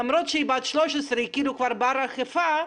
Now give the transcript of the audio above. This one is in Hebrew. למרות שהיא בת 13, כביכול אפשר לאכוף,